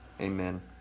Amen